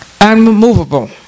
unmovable